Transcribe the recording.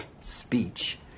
speech